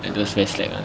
like those very slack [one]